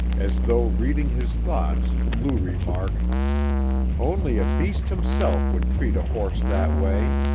as though reading his thoughts, lou remarked only a beast himself would treat a horse that way.